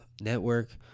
network